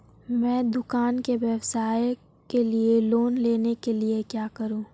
मैं दुकान व्यवसाय के लिए लोंन लेने के लिए क्या करूं?